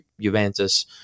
Juventus